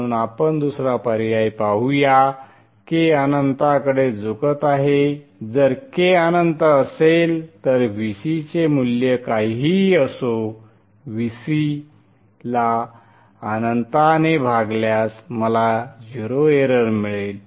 म्हणून आपण दुसरा पर्याय पाहूया k अनंताकडे झुकत आहे जर k अनंत असेल तर Vc चे मूल्य काहीही असो Vc ला अनंताने भागल्यास मला 0 एरर मिळेल